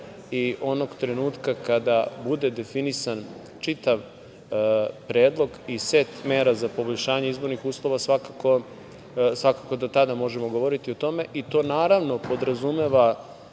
i onog trenutka kada bude definisan čitav predlog i set mera za poboljšanje izbornih uslova, svakako da tada možemo govoriti o tome. To, naravno, podrazumeva